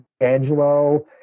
angelo